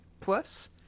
Plus